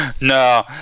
No